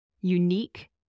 unique